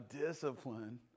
discipline